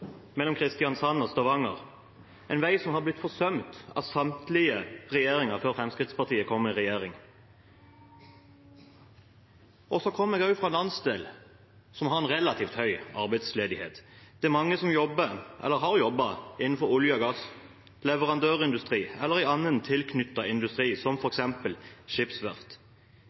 mellom Kristiansand og Stavanger, en vei som har blitt forsømt av samtlige regjeringer før Fremskrittspartiet kom i regjering. Og så kommer jeg fra en landsdel som har en relativt høy arbeidsledighet, det er mange som jobber eller har jobbet innenfor olje og gass, i leverandørindustrien eller i annen tilknyttet industri, som f.eks. skipsverft.